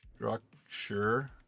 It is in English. structure